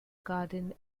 garden